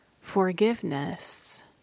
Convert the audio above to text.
forgiveness